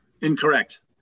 Incorrect